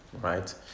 right